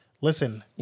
Listen